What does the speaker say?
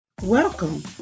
Welcome